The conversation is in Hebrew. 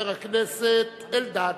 חבר הכנסת אלדד,